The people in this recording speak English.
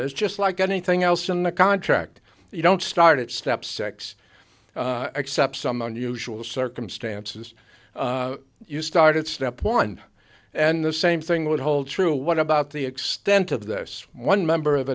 those just like anything else in the contract you don't start at step six except some unusual circumstances you started step one and the same thing would hold true what about the extent of this one member of